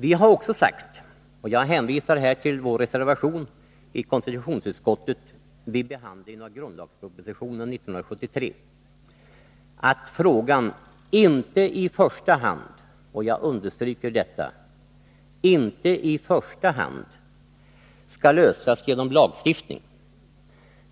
Vi har också sagt — och jag hänvisar här till vår reservation i konstitutionsutskottet vid behandlingen av grundlagspropositionen 1973 — att frågan inte i första hand — jag understryker detta — skall lösas genom lagstiftning